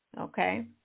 Okay